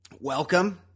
Welcome